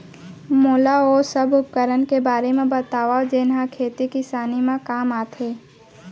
मोला ओ सब उपकरण के बारे म बतावव जेन ह खेती किसानी म काम आथे?